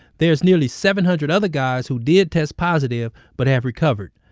there's nearly seven hundred other guys who did test positive but have recovered.